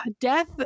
Death